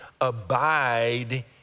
abide